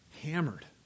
hammered